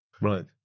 Right